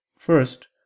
first